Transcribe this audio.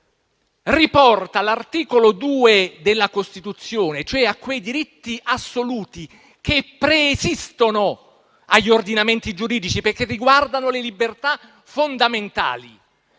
riporta all'articolo 2 della Costituzione, cioè a quei diritti assoluti che preesistono agli ordinamenti giuridici perché riguardano le libertà fondamentali.